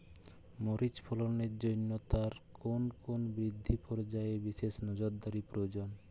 মরিচ ফলনের জন্য তার কোন কোন বৃদ্ধি পর্যায়ে বিশেষ নজরদারি প্রয়োজন?